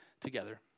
together